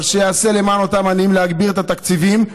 אבל שיעשה למען אותם עניים: להגביר את התקציבים,